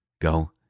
Go